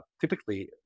typically